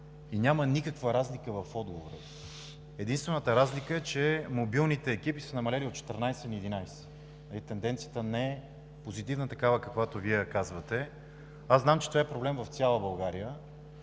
и няма никаква разлика в отговора Ви. Единствената разлика, е, че мобилните екипи са намалели от 14 на 11 и тенденцията не е позитивна, такава каквато Вие я казвате. Аз знам, че това е проблем в цяла България,